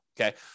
okay